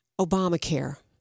Obamacare